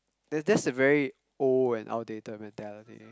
that that's a very old and outdated mentality